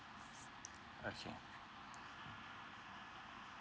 okay